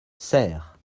serres